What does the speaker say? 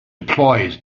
deployed